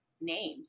name